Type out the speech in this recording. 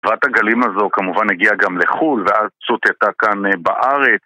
תנועת הגלים הזו כמובן הגיעה גם לחו"ל ואז שוטטה כאן בארץ